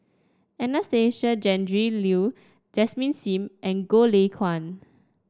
Anastasia Tjendri Liew Desmond Sim and Goh Lay Kuan